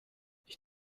ich